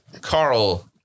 Carl